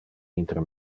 inter